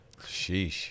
Sheesh